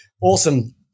awesome